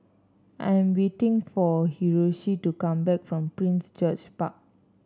I'm waiting for Hiroshi to come back from Prince George Park